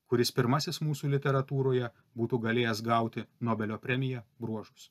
kuris pirmasis mūsų literatūroje būtų galėjęs gauti nobelio premiją bruožus